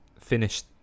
Finished